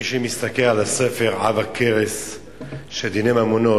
מי שמסתכל על הספר עב הכרס של דיני ממונות,